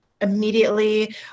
immediately